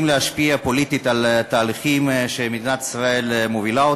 להשפיע פוליטית על תהליכים שמדינת ישראל מובילה.